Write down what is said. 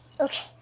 Okay